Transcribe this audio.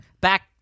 Back